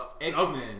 X-Men